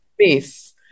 space